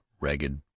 ragged